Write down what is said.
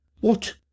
What